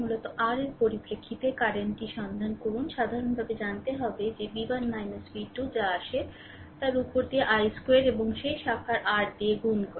মূলত r এর পরিপ্রেক্ষিতে কারেন্টটি সন্ধান করুন সাধারণভাবে জানতে হবে যে v 1 v 2 যা আসে তার উপর দিয়ে i স্কোয়ার এবং সেই শাখার r দিয়ে গুণ করে